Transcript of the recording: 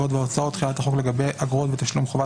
אגרות והוצאות (תחילת החוק לגבי אגרות ותשלום חובה